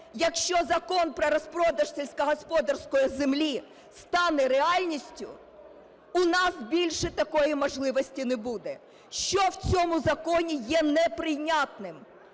якщо закон про розпродаж сільськогосподарської землі стане реальністю, у нас більше такої можливості не буде. Що в цьому законі є неприйнятним?